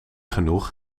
genoeg